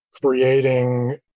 creating